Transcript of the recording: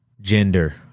gender